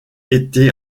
était